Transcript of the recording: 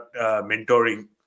mentoring